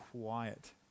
quiet